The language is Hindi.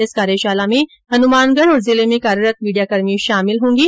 इस कार्यशाला में हनुमानगढ़ और जिले में कार्यरत मीडियाकर्मी शामिल होंगे